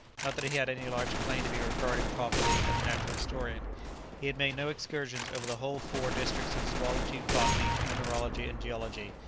not that he had any large claim to be regarded properly as a natural historian he had made no excursions over the whole four districts of zoology, botany, mineralogy, and geology,